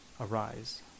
Arise